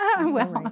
Well-